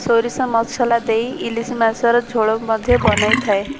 ସୋରିଷ ମସଲା ଦେଇ ଇଲିଶ ମାଛର ଝୋଳ ମଧ୍ୟ ବନାଇ ଥାଏ